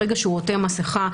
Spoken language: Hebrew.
ברגע שהוא עוטה מסכה,